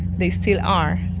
they still are,